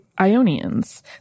Ionians